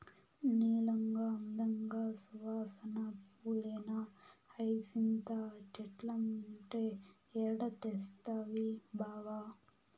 నీలంగా, అందంగా, సువాసన పూలేనా హైసింత చెట్లంటే ఏడ తెస్తవి బావా